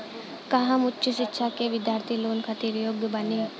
का हम उच्च शिक्षा के बिद्यार्थी लोन खातिर योग्य बानी?